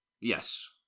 Yes